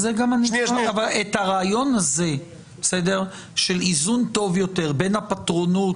את הרעיון הזה של איזון טוב יותר בין הפטרונות